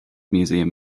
museum